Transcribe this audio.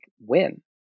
win